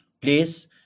please